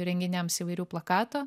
renginiams įvairių plakatų